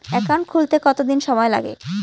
Account খুলতে কতদিন সময় লাগে?